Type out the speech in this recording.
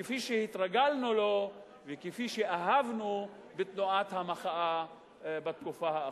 כפי שהתרגלנו לו וכפי שאהבנו בתנועת המחאה בתקופה האחרונה.